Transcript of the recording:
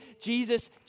Jesus